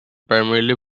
primarily